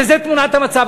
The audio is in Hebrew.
שזה תמונת המצב.